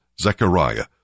Zechariah